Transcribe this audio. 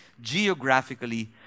geographically